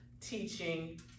teaching